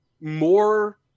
more